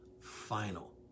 final